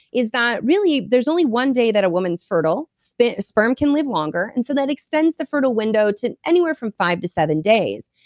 is that, really, there's only one day that a woman's fertile. sperm sperm can live longer, and so that extends the fertile window to anywhere from five to seven days.